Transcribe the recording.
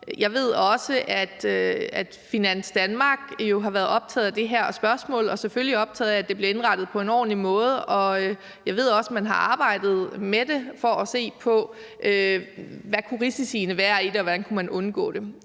Jeg ved også, at Finans Danmark jo har været optaget af det her spørgsmål og selvfølgelig optaget af, at det blev indrettet på en ordentlig måde. Jeg ved også, at man har arbejdet med det for at se på, hvad risiciene kunne være i det, og hvordan man kunne undgå dem.